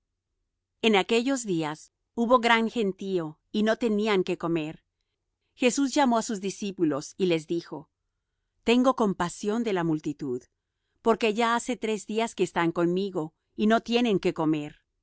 en aquellos días como hubo gran gentío y no tenían qué comer jesús llamó á sus discípulos y les dijo tengo compasión de la multitud porque ya hace tres días que están conmigo y no tienen qué comer